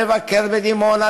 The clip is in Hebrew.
לבקר בדימונה,